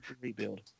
rebuild